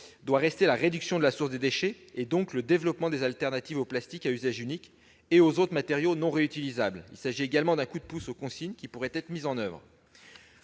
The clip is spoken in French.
doit rester la réduction à la source des déchets, et donc le développement des alternatives au plastique à usage unique et aux autres matériaux non réutilisables. Il s'agit également de donner un coup de pouce à la mise en place